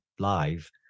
live